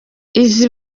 izi